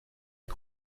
est